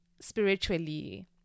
spiritually